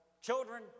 children